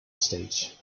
stage